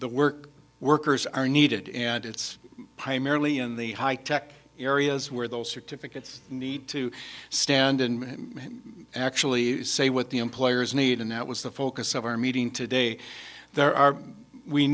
the work workers are needed and it's primarily in the high tech areas where those certificates need to stand and actually say what the employers need and that was the focus of our meeting today there are we